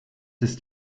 ist